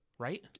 right